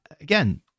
again